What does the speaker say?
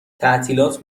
تعطیلات